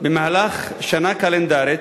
במהלך שנה קלנדרית,